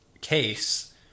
case